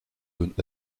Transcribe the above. jaunes